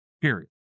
Period